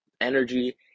energy